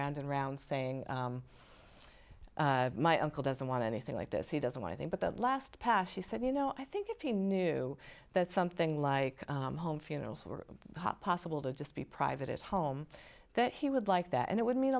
round and round saying my uncle doesn't want anything like this he doesn't want them but the last pass she said you know i think if he knew that something like home funerals were possible to just be private home that he would like that and it would me